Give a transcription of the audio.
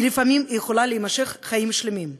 לפעמים יכולה להימשך חיים שלמים.